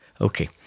Okay